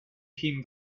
him